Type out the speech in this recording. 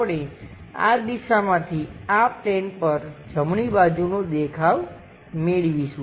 આપણે આ દિશામાંથી આ પ્લેન પર જમણી બાજુનો દેખાવ મેળવીશું